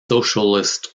socialist